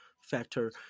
factor